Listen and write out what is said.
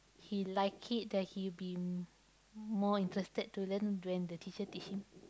he like it then he'll be more interested to learn when the teacher teach him